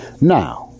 now